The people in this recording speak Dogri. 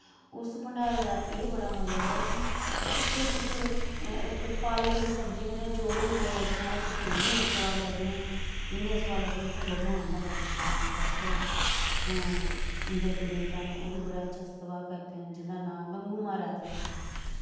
उस भण्डारे दा एह् बड़ा मज़ा ऐ कि उ'त्थें तुस इक पालक दी सब्जी कन्नै चौल बी खाइयै केह् नांऽ ओह् तुसें गी इ'न्ने सोआद लग्गने इ'न्ने सोआद लग्गने उ'त्थें भगवान दा बख्श ऐ कोई बैठे दा उं'दे इक बेटा न ओह् बी बड़ा अच्छा सतवाह् करदे न जिं'दा नांऽ मंगू म्हाराज ऐ